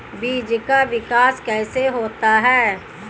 बीज का विकास कैसे होता है?